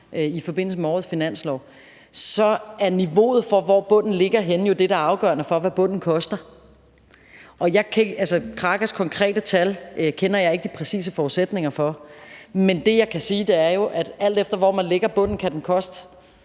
i forbindelse med årets finanslov – er niveauet for, hvor bunden ligger henne, jo det, der er afgørende for, hvad bunden koster. Krakas konkrete tal kender jeg ikke de præcise forudsætninger for, men det, jeg kan sige, er jo,